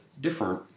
different